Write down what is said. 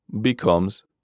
becomes